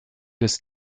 des